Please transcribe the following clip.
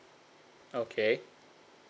okay